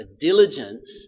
diligence